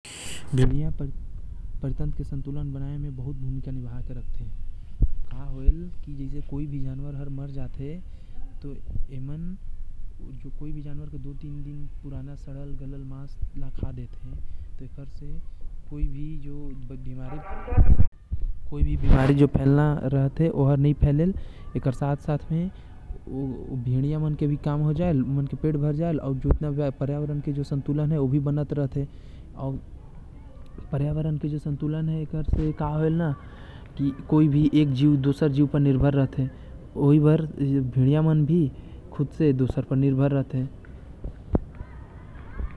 भेड़िया के परितंत्र उमन के भोजन अउ परियावरण में संतुलन बनाये के काम करेल काहे की उमन सड़ल गलल बसी मांस खा जाथे अउ उमन झुण्ड में रहथे अउ एक दूसरे पर निर्भर रहथे जेकर वजह ले पर्यावरण संतुलन बनन रहेल।